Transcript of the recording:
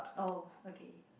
oh okay